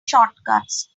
shortcuts